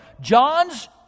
John's